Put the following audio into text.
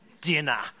dinner